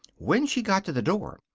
when she got to the door,